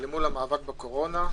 למול המאבק בקורונה.